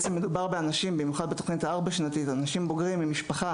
במיוחד בתכנית הארבע-שנתית מדובר באנשים בוגרים עם משפחה